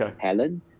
talent